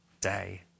day